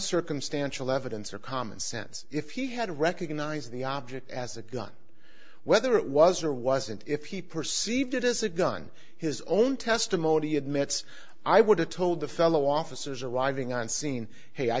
circumstantial evidence or common sense if he had recognized the object as a gun whether it was or wasn't if he perceived it as a gun his own testimony admits i would have told the fellow officers arriving on scene hey i